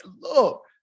look